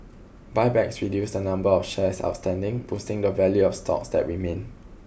buybacks reduce the number of shares outstanding boosting the value of stocks that remain